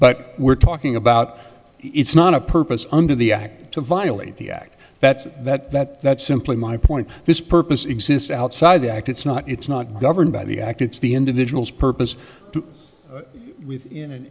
but we're talking about it's not a purpose under the act to violate the act that's that that that's simply my point this purpose exists outside the act it's not it's not governed by the act it's the individuals purpose to within an